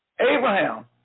Abraham